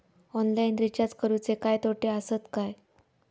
Online recharge करुचे काय तोटे आसत काय?